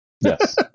Yes